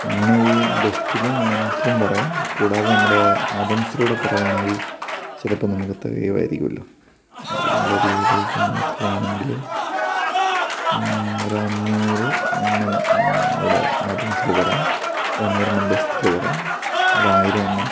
അങ്ങനെയാണേ ഈ ബെസ്റ്റിലും ആൻസിലും പറയാം കൂടാതെ നമ്മുടെ ആദംസിലൂടെ പറയാണെങ്കില് ചിലപ്പോള് നമുക്ക് തികയുമായിരിക്കുമല്ലോ അതിനുള്ള രീതിയിലേക്ക് നോക്കുവാണങ്കില് ഒരഞ്ഞൂറ് എണ്ണം അവിടെ ആദംസില് പറയാം ഒരഞ്ഞൂറെണ്ണം ബെസ്റ്റില് പറയാം ഒരായിരെണ്ണം